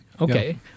Okay